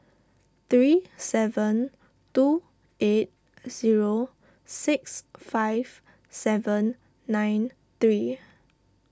three seven two eight zero six five seven nine three